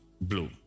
blue